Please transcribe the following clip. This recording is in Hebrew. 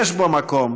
יש בו מקום